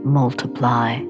multiply